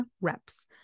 reps